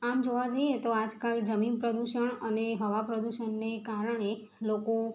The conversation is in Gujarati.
આમ જોવા જઈએ તો આજ કાલ જમીન પ્રદુષણ અને હવા પ્રદુષણને કારણે લોકો